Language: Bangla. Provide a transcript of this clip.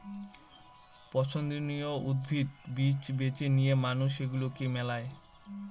পছন্দীয় উদ্ভিদ, বীজ বেছে নিয়ে মানুষ সেগুলাকে মেলায়